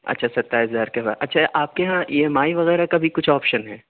اچھا ستائیس ہزار کا ہوا اچھا آپ کے یہاں ای ایم آئی وغیرہ کا بھی کچھ آپشن ہے